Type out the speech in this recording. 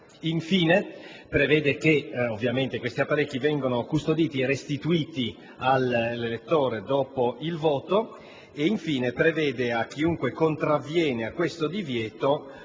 ovviamente che questi apparecchi vengano custoditi e restituiti all'elettore dopo il voto e che, per chiunque contravvenga a questo divieto,